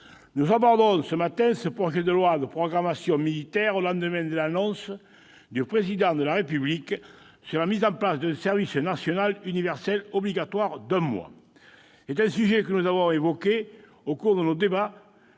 nous abordons ce projet de loi de programmation militaire au lendemain de l'annonce du Président de la République sur la mise en place d'un service national universel obligatoire d'un mois. C'est un sujet que nous avons évoqué au cours de nos débats,